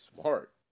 smart